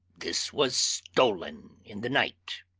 this was stolen in the night.